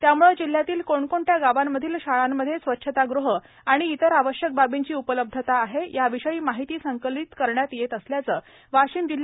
त्यामुळे जिल्स्यातील कोणकोणत्या गावांमधील शाळांमध्ये स्वच्छतागृह आणि इतर आवश्यक बार्बीची उपलब्धता आहे याविषयी माहिती संकलित करण्यात येत असल्याचे वाशीम जि